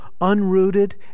unrooted